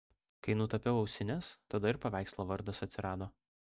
kai nutapiau ausines tada ir paveikslo vardas atsirado